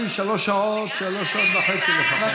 לפני 10:30, שלוש שעות, שלוש שעות וחצי לפחות.